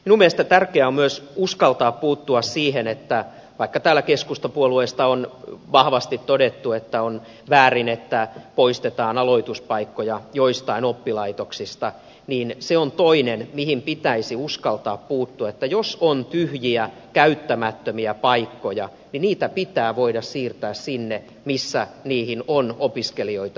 minun mielestäni tärkeää on myös uskaltaa puuttua siihen vaikka täällä keskustapuolueesta on vahvasti todettu että on väärin että poistetaan aloituspaikkoja joistain oppilaitoksista se on toinen asia mihin pitäisi uskaltaa puuttua että jos on tyhjiä käyttämättömiä paikkoja niin niitä pitää voida siirtää sinne missä niihin on opiskelijoita jonossa